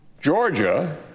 Georgia